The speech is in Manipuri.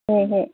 ꯍꯣꯏ ꯍꯣꯏ